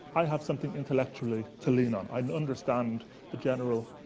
i have something intellectually to lean on. i understand the general